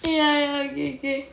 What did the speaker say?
ya okay okay